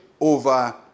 over